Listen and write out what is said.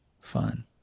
fun